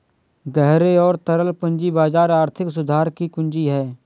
गहरे और तरल पूंजी बाजार आर्थिक सुधार की कुंजी हैं,